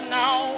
now